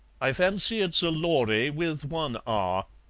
i fancy it's a lory, with one r,